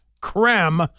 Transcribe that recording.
creme